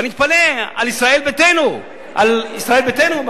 ואני מתפלא על ישראל ביתנו.